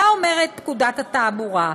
מה אומרת פקודת התעבורה?